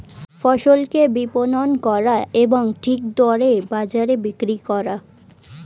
ফসলকে বিপণন করা এবং ঠিক দরে বাজারে বিক্রি করা